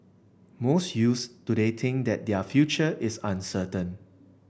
most youths today think that their future is uncertain